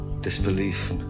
disbelief